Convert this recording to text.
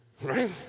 right